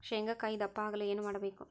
ಶೇಂಗಾಕಾಯಿ ದಪ್ಪ ಆಗಲು ಏನು ಮಾಡಬೇಕು?